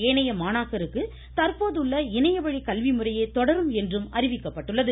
ஏனைய மாணாக்கருக்கு தந்போதுள்ள இணையவழி கல்விமுறையே தொடரும் என்றும் அறிவிக்கப்பட்டுள்ளது